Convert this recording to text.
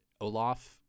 Olaf